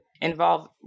involve